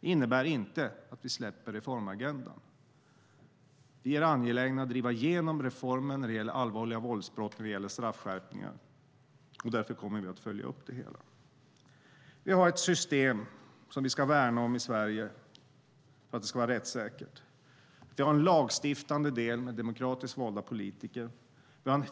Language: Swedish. Det innebär inte att vi släpper reformagendan. Vi är angelägna om att driva igenom reformen när det gäller allvarliga våldsbrott och straffskärpningar, och därför kommer vi att följa upp det hela. Vi har ett system som vi ska värna om i Sverige. Det ska vara rättssäkert. Vi har en lagstiftande del med demokratiskt valda politiker, och vi har en